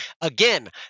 Again